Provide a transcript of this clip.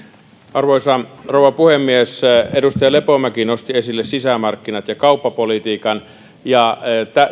arvoisa rouva puhemies edustaja lepomäki nosti esille sisämarkkinat ja kauppapolitiikan ja